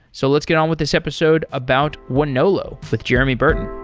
so let's get on with this episode about wonolo with jeremy burton.